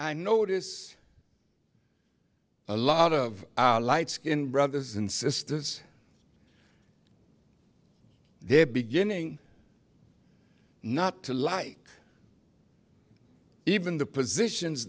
i notice a lot of light skinned brothers and sisters they're beginning not to like even the positions